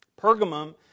Pergamum